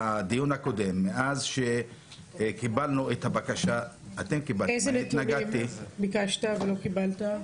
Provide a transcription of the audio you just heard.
איזה נתונים ביקשת ולא קיבלת?